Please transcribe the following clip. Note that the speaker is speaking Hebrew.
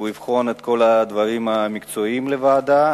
שהוא יבחן את כל הדברים המקצועיים בוועדה,